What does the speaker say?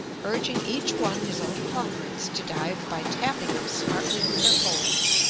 urging each one his own cormorants to dive by tapping them smartly with their poles.